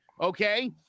Okay